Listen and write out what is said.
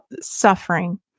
suffering